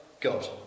God